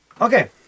Okay